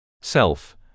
self